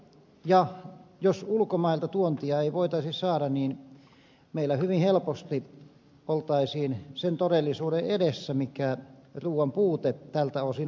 ja jos ulkomailta tuontia ei voitaisi saada niin meillä hyvin helposti oltaisiin sen todellisuuden edessä mikä ruuan puute tältä osin olisi